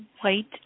white